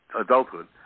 adulthood